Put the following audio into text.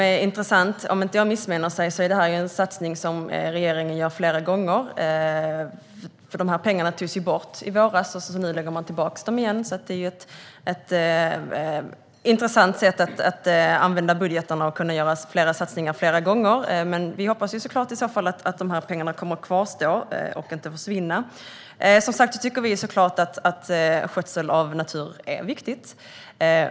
Om jag inte missminner mig är detta en satsning som regeringen gör flera gånger. Dessa pengar togs nämligen bort i våras, och nu läggs de tillbaka igen. Det är ett intressant sätt att använda budgetarna för att kunna göra flera satsningar flera gånger. Men vi hoppas såklart att dessa pengar kommer att kvarstå och inte försvinna. Naturligtvis anser vi, som sagt, att skötsel av natur är viktig.